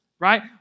Right